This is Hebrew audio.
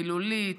מילולית,